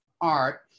art